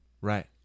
Right